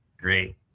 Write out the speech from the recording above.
Great